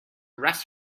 rest